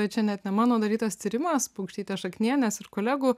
čia net ne mano darytas tyrimas paukštytės šaknienės ir kolegų